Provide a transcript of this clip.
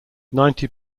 ninety